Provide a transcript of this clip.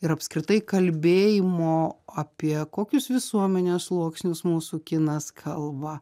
ir apskritai kalbėjimo apie kokius visuomenės sluoksnius mūsų kinas kalba